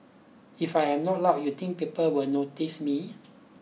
if I am not loud you think people will notice me